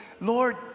Lord